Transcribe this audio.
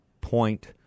point